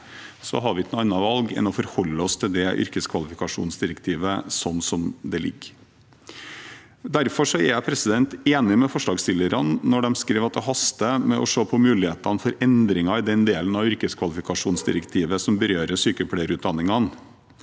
har vi ikke noe annet valg enn å forholde oss til yrkeskvalifikasjonsdirektivet slik det foreligger. Derfor er jeg enig med forslagsstillerne når de skriver at det haster å se på mulighetene for endring i den delen av yrkeskvalifikasjonsdirektivet som berører sykepleierutdanningene.